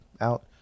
out